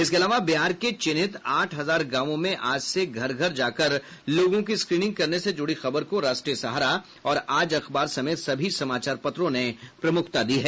इसके अलावा बिहार के चिन्हित आठ हजार गांवों में आज से घर घर जाकर लोगों की स्क्रीनिंग करने से जुड़ी खबर को राष्ट्रीय सहारा और आज अखबार समेत सभी समाचार पत्रों ने प्रमुखता दी है